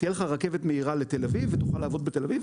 תהיה לך רכבת מהירה לתל אביב ותוכל לעבוד בתל אביב,